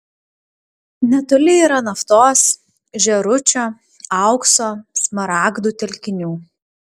netoli yra naftos žėručio aukso smaragdų telkinių